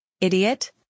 idiot